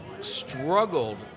struggled